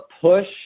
push